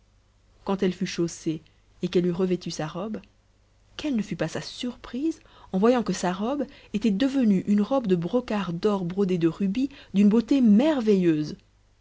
quand elle fut chaussée et qu'elle eut revêtu sa robe quelle ne fut pas sa surprise en voyant que sa robe était devenue une robe de brocart d'or brodée de rubis d'une beauté merveilleuse